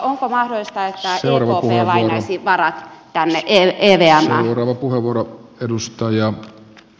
onko mahdollista että ekp lainaisi varat tänne evmään